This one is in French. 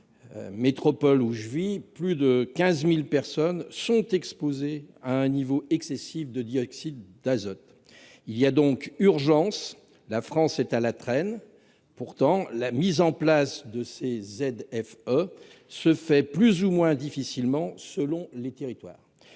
métropole où je vis, plus de 15 000 personnes sont exposées à un niveau excessif de dioxyde d'azote. Il y a urgence et la France est à la traîne ! Or la mise en place de ces ZFE se fait plus ou moins difficilement selon les territoires.